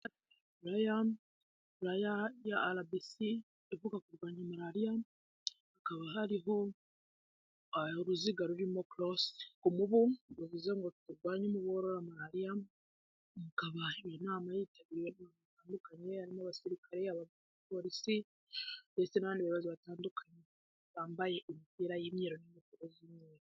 Furaya, furaya ya rbc ivu kurwanya malaria, hakaba hariho uruziga rurimo cross, umubu bivuze ngo turwanye umubu worora malaria, ikaba iyo nama yitabiriye abantu batandukanye harimo abasirikare, abapolisi ndetse n'abandi bayobozi batandukanye bambaye imipira y'imyeru n'ingofero z'umyeru.